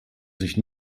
sich